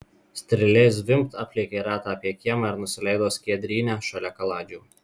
strėlė zvimbt aplėkė ratą apie kiemą ir nusileido skiedryne šalia kaladžių